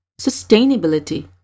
sustainability